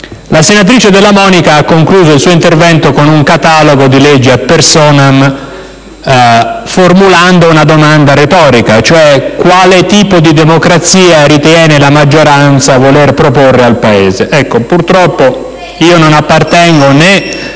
La senatrice Della Monica ha concluso il suo intervento con un catalogo di leggi *ad personam,* formulando una domanda retorica, e cioè: quale tipo di democrazia ritiene la maggioranza di voler proporre al Paese? Ecco, purtroppo, non appartengo né